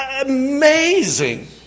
amazing